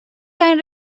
ترین